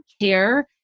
care